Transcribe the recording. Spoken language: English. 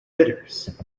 bitters